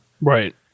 Right